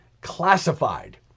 classified